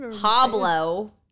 Pablo